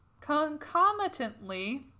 concomitantly